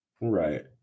Right